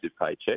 paycheck